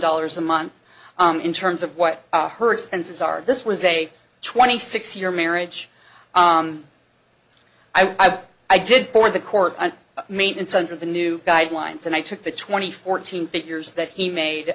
dollars a month in terms of what her expenses are this was a twenty six year marriage i have i did for the court and maintenance under the new guidelines and i took the twenty fourteen figures that he